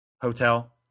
Hotel